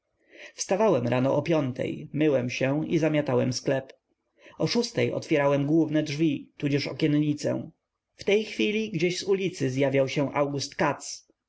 wstawałem rano o piątej myłem się i zamiatałem sklep o szóstej otwierałem główne drzwi tudzież okienicę w tej chwili gdzieś z ulicy zjawiał się august